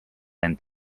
end